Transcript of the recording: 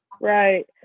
Right